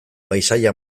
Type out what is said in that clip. paisaia